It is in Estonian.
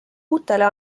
uutele